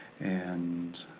and